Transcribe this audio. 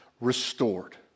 restored